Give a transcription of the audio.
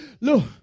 Look